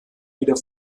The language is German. wieder